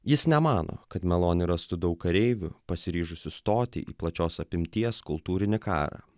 jis nemano kad malonė rastų daug kareivių pasiryžusių stoti į plačios apimties kultūrinį karą